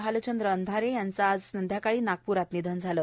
भालचंद्र अंधारे यांच आज संध्याकाळी नागप्रात निधन झाल